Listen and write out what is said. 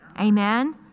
amen